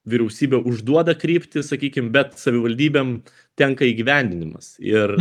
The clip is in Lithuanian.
vyriausybė užduoda kryptį sakykim bet savivaldybėm tenka įgyvendinimas ir